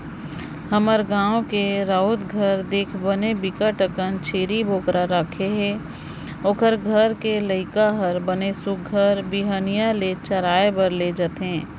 हमर गाँव के राउत घर देख बने बिकट अकन छेरी बोकरा राखे हे, ओखर घर के लइका हर बने सुग्घर बिहनिया ले चराए बर ले जथे